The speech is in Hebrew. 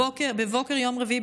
בבוקר יום רביעי,